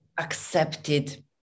accepted